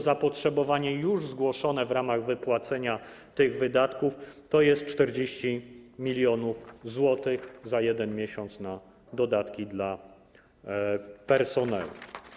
Zapotrzebowanie już zgłoszone w ramach wypłacenia tych wydatków to jest 40 mln zł za miesiąc na dodatki dla personelu.